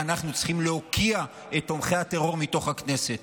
ואנחנו צריכים להוקיע את תומכי הטרור מתוך הכנסת.